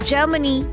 Germany